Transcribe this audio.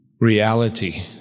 reality